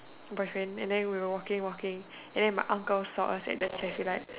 boyfriend and then we were walking walking and then my uncle saw us at the traffic light